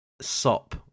SOP